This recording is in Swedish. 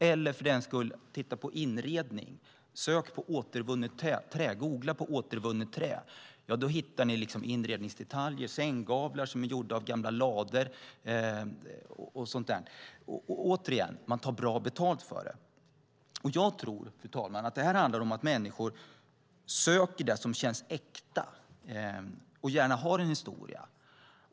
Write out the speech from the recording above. Eller, för den skull, titta på inredning. Googla på återvunnet trä. Då hittar ni inredningsdetaljer som sänggavlar som är gjorda av gamla lador och liknande. Och återigen: Man tar bra betalt för det. Jag tror, fru talman, att det handlar om att människor söker det som känns äkta och gärna har en historia.